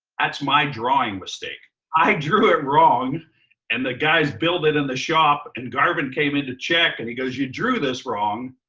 that's my drawing mistake. i drew it wrong and the guys built it in the shop, and garvin came in to check, and he goes, you drew this wrong.